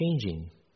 changing